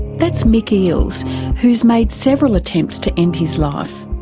that's mic eales who has made several attempts to end his life.